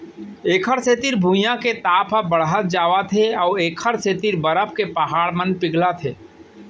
एखर सेती भुइयाँ के ताप ह बड़हत जावत हे अउ एखर सेती बरफ के पहाड़ मन पिघलत हे